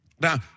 now